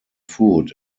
food